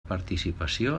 participació